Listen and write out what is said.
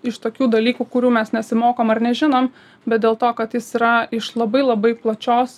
iš tokių dalykų kurių mes nesimokom ar nežinom bet dėl to kad jis yra iš labai labai plačios